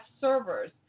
servers